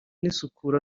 n’isukura